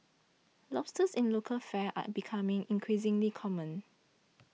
lobsters in local fare are becoming increasingly common